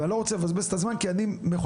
ואני לא רוצה לבזבז את הזמן כי אני מחויב